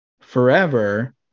forever